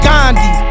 Gandhi